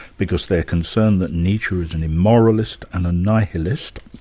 because they're concerned that nietzsche was an immoralist and a nihilist,